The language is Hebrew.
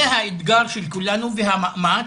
זה האתגר של כולנו והמאמץ,